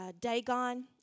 Dagon